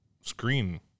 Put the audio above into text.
screen